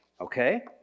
okay